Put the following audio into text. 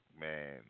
man